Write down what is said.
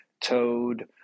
toad